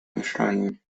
mieszkanie